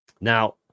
Now